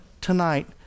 tonight